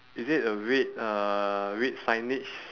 is it a red uh red signage